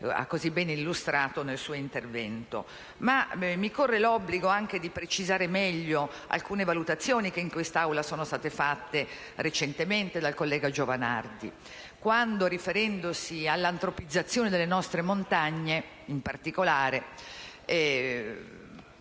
ha così ben illustrato nel suo intervento. Mi corre, però, anche l'obbligo di precisare meglio alcune valutazioni che in quest'Aula sono state fatte recentemente dal collega Giovanardi, quando, riferendosi all'antropizzazione delle nostre montagne in particolare,